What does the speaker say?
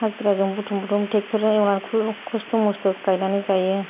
हाजिराजों बुथुम बुथुम ट्रेक्टरजों एवनानै खस्थ' मस्थ' गायनानै जायो